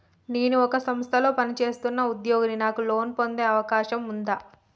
నేను ఒక సంస్థలో పనిచేస్తున్న ఉద్యోగిని నాకు లోను పొందే అవకాశం ఉందా?